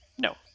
No